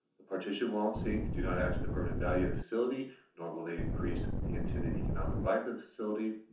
the partition wall and sink do not add to the permanent value of the facility nor will they increase the intended economic life of the facility,